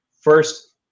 first